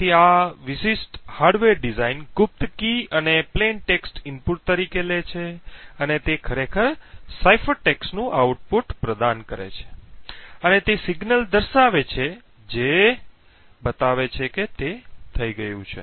તેથી આ વિશિષ્ટ હાર્ડવેર ડિઝાઇન ગુપ્ત કી અને સાદા ટેક્સ્ટને ઇનપુટ તરીકે લે છે અને તે ખરેખર સાઇફર ટેક્સ્ટનું આઉટપુટ પ્રદાન કરે છે અને તે સિગ્નલ દર્શાવે છે જે બતાવે છે કે તે થઈ ગયું છે